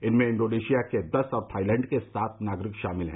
इनमें इंडोनेशिया के दस और थाईलैंड के सात नागरिक शामिल हैं